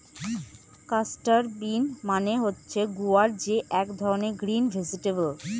cluster bean মানে হচ্ছে গুয়ার যে এক ধরনের গ্রিন ভেজিটেবল